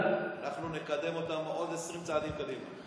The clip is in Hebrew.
אנחנו נקדם אותן עוד 20 צעדים קדימה.